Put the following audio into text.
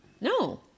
no